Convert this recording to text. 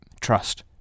trust